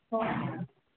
ᱦᱳᱭ